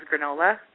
granola